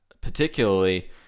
particularly